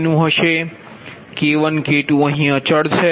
55K214324K1K2Rshr હશે K1K2 અહીં અચલ છે